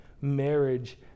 marriage